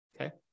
Okay